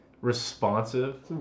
responsive